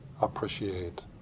appreciate